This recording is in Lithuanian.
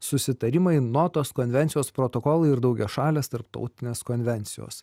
susitarimai notos konvencijos protokolai ir daugiašalės tarptautinės konvencijos